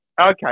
Okay